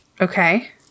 Okay